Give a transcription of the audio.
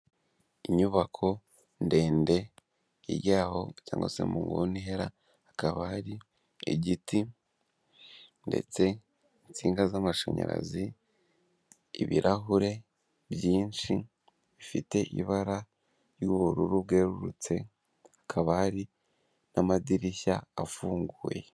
Inyubako ndende hirya y'aho cyangwa se mu nguni ihera hakaba hari igiti ndetse, insinga z'amashanyarazi, ibirahure byinshi, bifite ibara ry'ubururu bwerutse hakaba hari n'amadirishya afunguye.